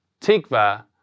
Tikva